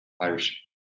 Irish